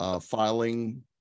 Filing